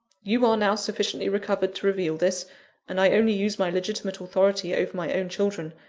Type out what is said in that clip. you are now sufficiently recovered to reveal this and i only use my legitimate authority over my own children,